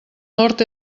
nord